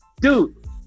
Dude